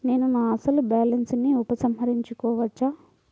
నేను నా అసలు బాలన్స్ ని ఉపసంహరించుకోవచ్చా?